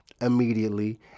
immediately